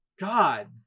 God